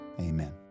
amen